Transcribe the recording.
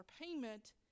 payment